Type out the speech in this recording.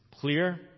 clear